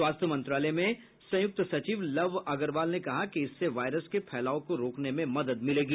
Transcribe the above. स्वास्थ्य मंत्रालय में संयुक्त सचिव लव अग्रवाल ने कहा कि इससे वायरस के फैलाव को रोकने में मदद मिलेगी